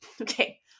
Okay